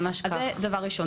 אני רוצה גם לומר,